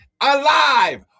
alive